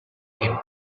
him